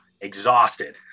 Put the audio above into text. exhausted